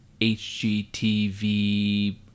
HGTV